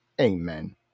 amen